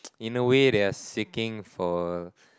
in a way they are seeking for